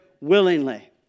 willingly